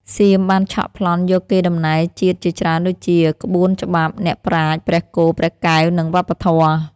សៀមបានឆក់ប្លន់យកកេរដំណែលជាតិជាច្រើនដូចជា ក្បួនច្បាប់ អ្នកប្រាជ្ញ ព្រះគោ ព្រះកែវ និងវប្បធម៌។